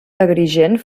agrigent